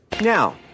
Now